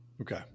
Okay